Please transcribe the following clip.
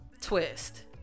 twist